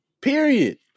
Period